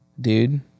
Dude